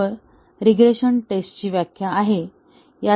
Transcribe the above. तर ही रीग्रेशन टेस्टची व्याख्या आहे